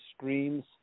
streams